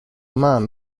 man